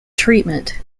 treatment